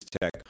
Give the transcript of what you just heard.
Tech